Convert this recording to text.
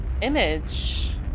image